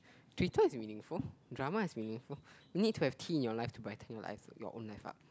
Twitter is meaningful drama is meaningful you need to have T in your life to brighten your life your own life up